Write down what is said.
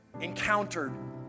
encountered